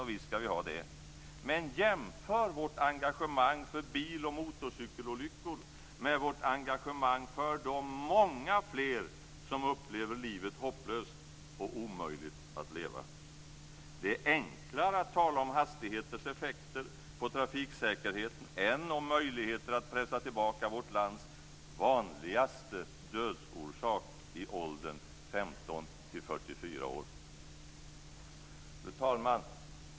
Och visst skall vi ha det, men jämför vårt engagemang för bil och motorcykelolyckor med vårt engagemang för de många fler som upplever livet hopplöst och omöjligt att leva. Det är enklare att tala om hastigheters effekter på trafiksäkerheten än om möjligheter att pressa tillbaka vårt lands vanligaste dödsorsak i åldern 15 Fru talman!